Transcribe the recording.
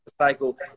cycle